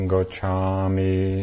Gochami